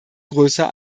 größer